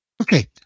Okay